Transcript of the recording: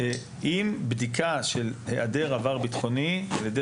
אם בדיקה של היעדר עבר ביטחוני על ידי